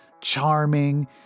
charming